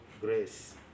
grace